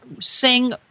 sing